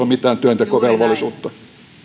mitään työntekovelvollisuutta